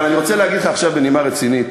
אבל אני רוצה להגיד לך, עכשיו בנימה רצינית,